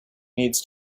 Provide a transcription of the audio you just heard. needs